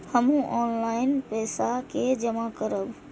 हमू ऑनलाईनपेसा के जमा करब?